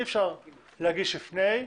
אי אפשר להגיד לפני,